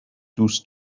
دوست